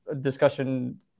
discussion